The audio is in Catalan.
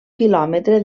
quilòmetre